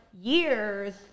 years